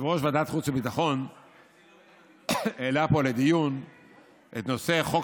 יושב-ראש ועדת חוץ וביטחון העלה פה לדיון את נושא חוק